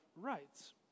rights